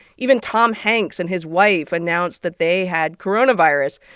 even tom hanks and his wife announced that they had coronavirus.